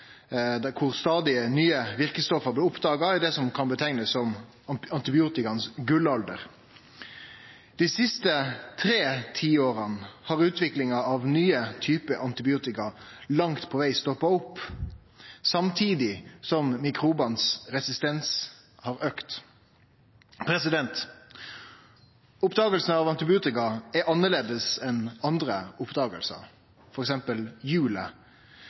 nye verksame stoff blei oppdaga i det som kan beskrivast som antibiotikumets gullalder. Dei siste tre tiåra har utviklinga av nye typar antibiotikum langt på veg stoppa opp, samtidig som resistensen til mikrobane har auka. Oppdaginga av antibiotika er annleis enn andre